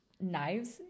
knives